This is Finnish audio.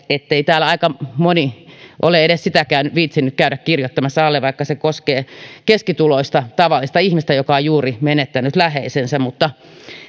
ettei täällä aika moni ole edes sitäkään viitsinyt käydä allekirjoittamassa vaikka se koskee keskituloista tavallista ihmistä joka on juuri menettänyt läheisensä mutta